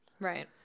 Right